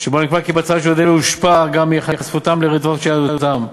"שבו נקבע כי מצבם של יהודי לוב הושפע גם מהיחשפותם לרדיפות בשל יהדותם,